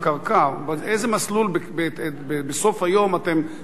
באיזה מסלול בסוף היום אתם מתכוונים ללכת,